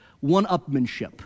one-upmanship